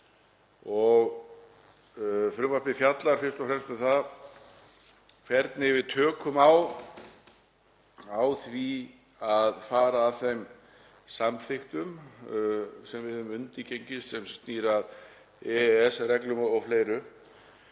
Frumvarpið fjallar fyrst og fremst um það hvernig við tökum á því að fara að þeim samþykktum sem við höfum undirgengist sem snúa að EES-reglum og fleiru.